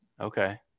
Okay